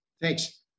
Thanks